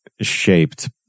shaped